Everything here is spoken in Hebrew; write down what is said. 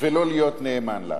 ולא להיות נאמן לה.